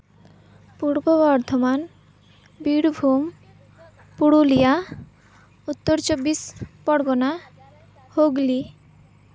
Purba Bardhaman Birbhum Purulia Uttar Chabbis Pargana Hooghly